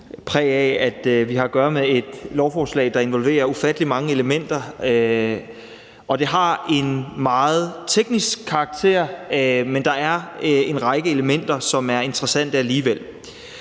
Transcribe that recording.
præg af, altså at vi har at gøre med et lovforslag, der involverer ufattelig mange elementer, og det har en meget teknisk karakter. Men der er en række elementer, som er interessante alligevel.